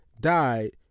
died